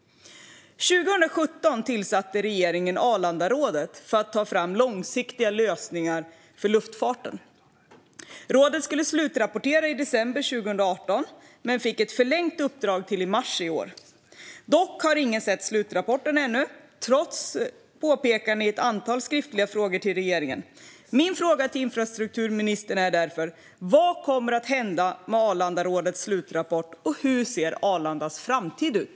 År 2017 tillsatte regeringen Arlandarådet för att ta fram långsiktiga lösningar för luftfarten. Rådet skulle slutrapportera i december 2018 men fick ett förlängt uppdrag till i mars i år. Dock har ingen ännu sett slutrapporten, trots påpekanden i ett antal skriftliga frågor till regeringen. Min fråga till infrastrukturministern är därför: Vad kommer att hända med Arlandarådets slutrapport, och hur ser Arlandas framtid ut?